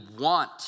want